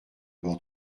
bord